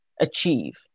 achieve